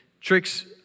tricks